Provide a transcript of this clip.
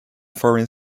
foreign